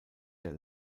der